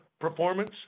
performance